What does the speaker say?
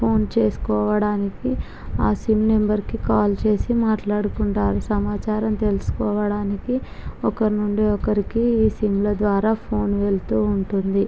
phone చేసుకోవడానికి ఆ sim నెంబర్కి కాల్ చేసి మాట్లాడుకుంటారు సమాచారం తెలుసుకోవడానికి ఒకరి నుండి ఒకరికి ఈ సిమ్ముల ద్వారా ఫోన్ వెళ్తూ ఉంటుంది